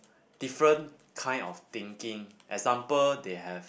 different kind of thinking example they have